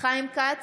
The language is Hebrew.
חיים כץ,